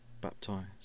baptized